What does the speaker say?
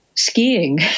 skiing